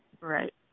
right